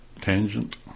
tangent